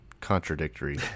contradictory